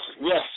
yes